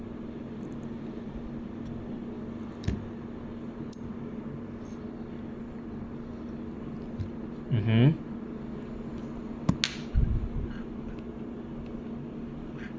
mmhmm